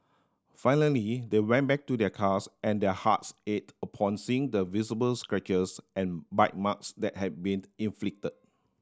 finally they went back to their cars and their hearts ached upon seeing the visible scratches and bite marks that had been inflicted